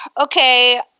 okay